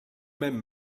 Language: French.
même